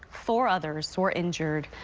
four others were injured,